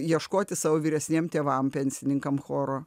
ieškoti savo vyresniem tėvam pensininkam choro